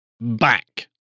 back